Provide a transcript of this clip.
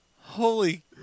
Holy